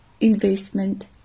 investment